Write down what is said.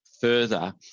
further